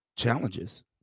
challenges